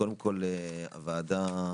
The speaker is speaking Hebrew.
בלשון המעטה.